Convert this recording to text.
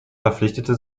verpflichtete